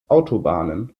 autobahnen